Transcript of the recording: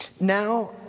now